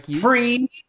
free